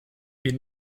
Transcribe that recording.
wir